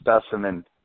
specimen